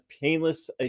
painless